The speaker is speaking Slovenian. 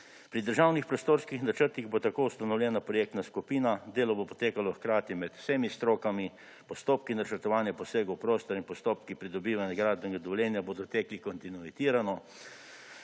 Pri državnih prostorskih načrtih bo tako ustanovljena projektna skupina, delo bo potekalo hkrati med vsemi strokami, postopki načrtovanje posegov v prostor in postopki pridobivanja gradbenega dovoljenja bodo tekli kontinuirano,